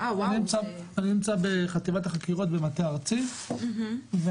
אני נמצא בחטיבת החקירות במטה הארצי ואני